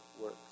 works